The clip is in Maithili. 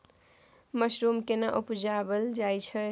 मसरूम केना उबजाबल जाय छै?